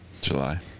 July